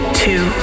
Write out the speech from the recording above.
two